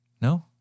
No